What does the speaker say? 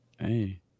Hey